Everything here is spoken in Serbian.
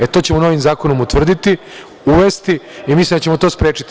E, to ćemo novim zakonom utvrditi, uvesti i mislim da ćemo to sprečiti.